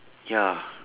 ya